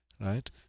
right